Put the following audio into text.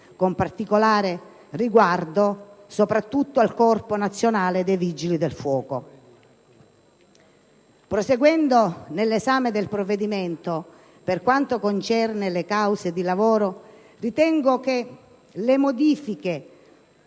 con particolare riguardo al Corpo nazionale dei Vigili del fuoco. Proseguendo nell'esame del provvedimento, per quanto concerne le cause di lavoro ritengo che le modifiche